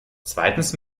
zweitens